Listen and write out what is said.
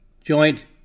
joint